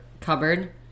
Cupboard